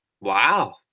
Wow